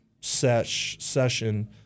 session